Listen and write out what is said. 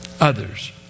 others